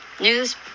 News